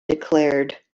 declared